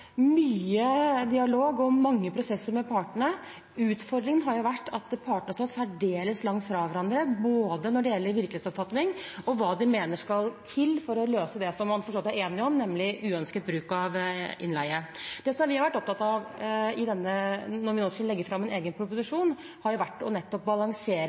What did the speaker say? mye dialog og mange prosesser med partene. Utfordringen har vært at partene har stått særdeles langt fra hverandre når det gjelder både virkelighetsoppfatning og hva de mener skal til for å løse det som man for så vidt er enige om, nemlig uønsket bruk av innleie. Det vi har vært opptatt av når vi nå skulle legge fram en egen proposisjon, har vært nettopp å balansere